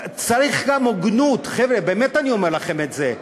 צריך גם הוגנות, חבר'ה, באמת אני אומר לכם את זה.